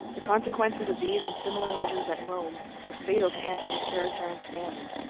the consequences of these and similar measures at rome were fatal to antony's character and standing.